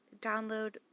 Download